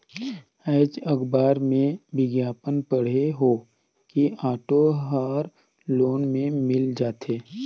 आएज अखबार में बिग्यापन पढ़े हों कि ऑटो हर लोन में मिल जाथे